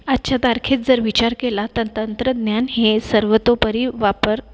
आजच्या तारखेत जर विचार केला तर तंत्रज्ञान हे सर्वतोपरी वापर